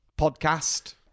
podcast